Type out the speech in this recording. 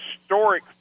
historic